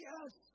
Yes